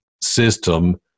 system